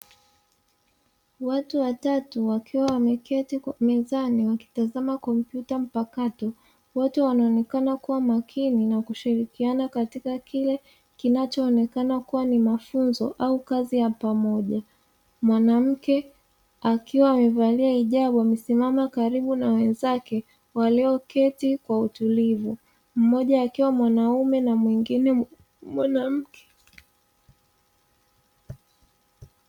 Watu watatu wakiwa wameketi mezani wakitazama kompyuta mpakato, wote wanaonekana kuwa makini na kushirikiana katika kile kinachoonekana kuwa ni mafunzo au kazi ya pamoja. Mwanamke akiwa amevalia hijabu amesimama karibu na wenzake walioketi kwa utulivu, mmoja akiwa mwanaume na mwingine mwanamke.